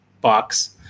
box